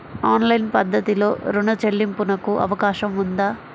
Online పద్ధతిలో రుణ చెల్లింపునకు అవకాశం ఉందా?